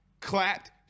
Clapped